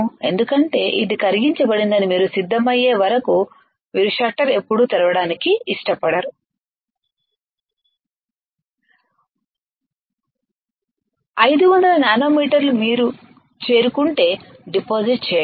ఎందుకంటే ఇది కరిగించబడిందని మీరు సిద్ధమయ్యే వరకు మీరు షట్టర్ ఎప్పుడు తెరవడానికి ఇష్టపడరు 500 నానోమీటర్లను మీరు చేరుకుంటే డిపాజిట్ చేయండి